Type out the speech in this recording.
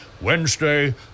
Wednesday